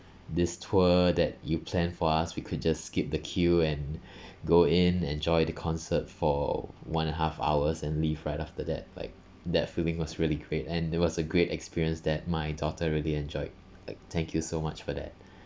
this tour that you planned for us we could just skip the queue and go in enjoy the concert for one and half hours and leave right after that like that feeling was really great and it was a great experience that my daughter really enjoyed thank you so much for that